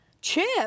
Chip